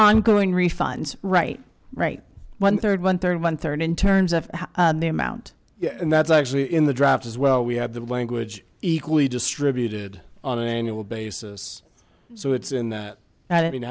ongoing refunds right right one third one third one third in terms of the amount and that's actually in the draft as well we have the language equally distributed on an annual basis so it's in that